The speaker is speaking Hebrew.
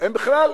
הם בכלל,